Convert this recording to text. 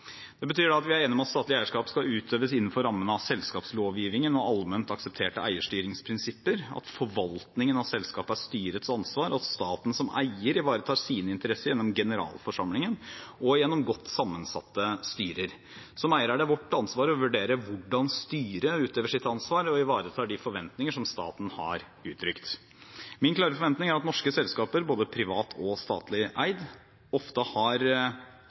Det betyr at vi er enige om at statlig eierskap skal utøves innenfor rammen av selskapslovgivningen og allment aksepterte eierstyringsprinsipper, at forvaltningen av selskapet er styrets ansvar, og at staten som eier ivaretar sine interesser gjennom generalforsamlingen og gjennom godt sammensatte styrer. Som eier er det vårt ansvar å vurdere hvordan styret utøver sitt ansvar og ivaretar de forventninger som staten har uttrykt. Min klare forventning er at norske selskaper, både private og statlig eide, ofte har